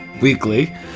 weekly